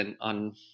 on